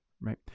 right